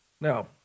Now